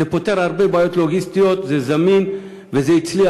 זה פותר הרבה בעיות לוגיסטיות, זה זמין וזה הצליח.